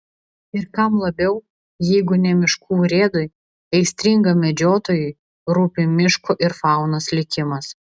ir kam labiau jeigu ne miškų urėdui aistringam medžiotojui rūpi miško ir faunos likimas